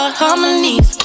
harmonies